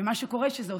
ומה שקורה,